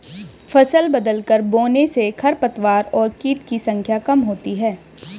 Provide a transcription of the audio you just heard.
फसल बदलकर बोने से खरपतवार और कीट की संख्या कम होती है